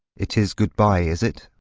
it is good-bye, is it?